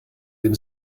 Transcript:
dem